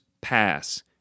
pass